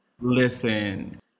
listen